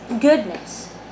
goodness